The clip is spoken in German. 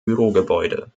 bürogebäude